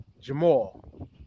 Jamal